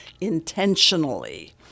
intentionally